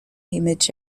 image